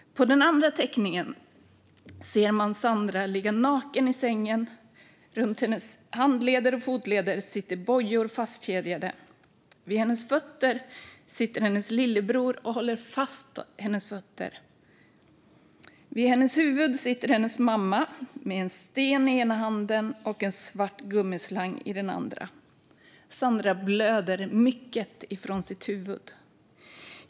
På den andra teckningen ser man Sandra ligga naken i sängen och runt hennes handleder och fotleder sitter bojor fastkedjade. Vid hennes fötter sitter hennes lillebror och håller fast hennes fötter. Vid hennes huvud sitter hennes mamma med en sten i ena handen och en svart gummislang i den andra. Sandra blöder mycket från huvudet.